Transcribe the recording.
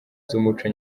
z’umuco